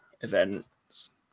events